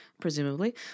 presumably